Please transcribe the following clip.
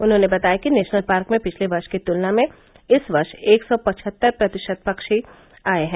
उन्होंने बताया कि नेशनल पार्क में पिछले वर्ष की तुलना में इस वर्ष एक सौ पचहत्तर प्रतिशत जल पक्षी आये हैं